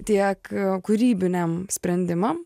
tiek kūrybiniam sprendimam